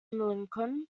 lincoln